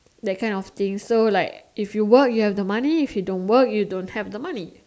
that kind of things so like if you work you have the money if you don't work you don't have the money